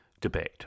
debate